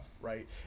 right